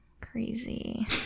Crazy